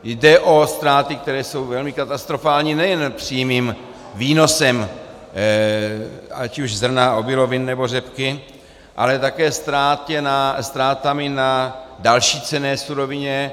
Jde o ztráty, které jsou velmi katastrofální nejen přímým výnosem ať už zrna, obilovin, nebo řepky, ale také ztrátami na další cenné surovině.